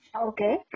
okay